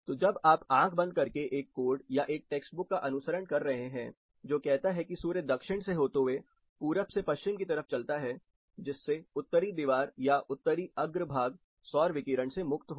तो जब आप आँख बंद करके एक कोड या एक टेक्स्ट बुक का अनुसरण कर रहे हैं जो कहता है की सूर्य दक्षिण से होते हुए पूरब से पश्चिम की तरफ चलता है जिससे उत्तरी दीवार या उत्तरी अग्रभाग सौर विकिरण से मुक्त होगा